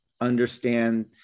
understand